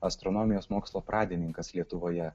astronomijos mokslo pradininkas lietuvoje